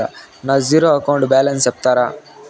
నా zero account balance సెప్తారా?